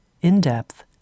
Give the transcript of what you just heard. in-depth